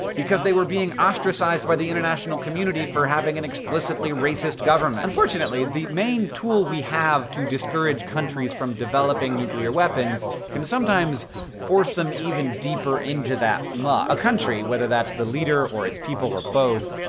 because they were being ostracised by the international community for having an explicitly racist government. unfortunately, the main tool we have to discourage countries from developing nuclear weapons can sometimes force them even deeper into that muck. a country, whether that's the leader or its people or both,